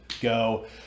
go